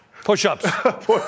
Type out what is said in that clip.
push-ups